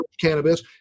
cannabis